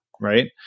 Right